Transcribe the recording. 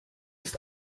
ist